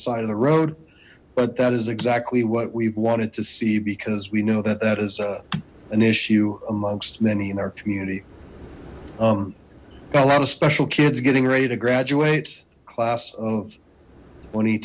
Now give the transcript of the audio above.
side of the road but that is exactly what we've wanted to see because we know that that is a an issue amongst many in our community a lot of special kids getting ready to graduate class of tw